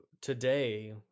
today